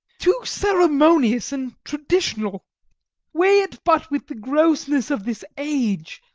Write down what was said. too ceremonious and traditional weigh it but with the grossness of this age,